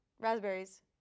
Raspberries